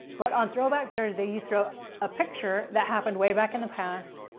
but on throwback thursday, you throw a picture that happened way back in the past.